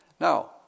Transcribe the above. Now